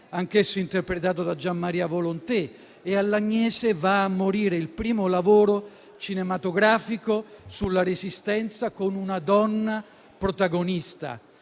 anch'esso interpretato da Gian Maria Volonté, e a "L'Agnese va a morire", il primo lavoro cinematografico sulla Resistenza con una donna protagonista: